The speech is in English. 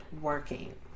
working